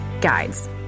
guides